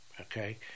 Okay